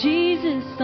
Jesus